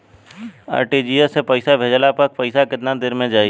RTGS से पईसा भेजला पर पईसा केतना देर म जाई?